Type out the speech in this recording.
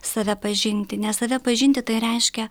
save pažinti nes save pažinti tai reiškia